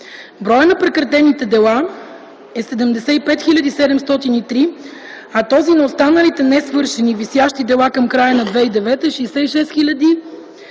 Броят на прекратените дела е 75 хил. 703, а този на останалите несвършени (висящи) дела към края на 2009 г. е 66 хил.